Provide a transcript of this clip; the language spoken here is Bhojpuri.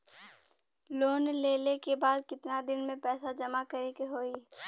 लोन लेले के बाद कितना दिन में पैसा जमा करे के होई?